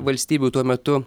valstybių tuo metu